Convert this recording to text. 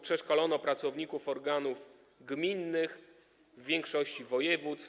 Przeszkolono pracowników organów gminnych w większości województw.